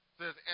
says